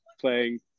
playing